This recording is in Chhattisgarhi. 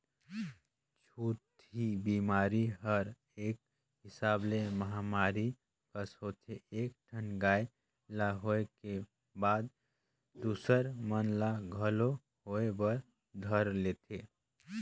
छूतही बेमारी हर एक हिसाब ले महामारी कस होथे एक ठन गाय ल होय के बाद दूसर मन ल घलोक होय बर धर लेथे